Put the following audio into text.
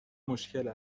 مشکل